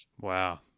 wow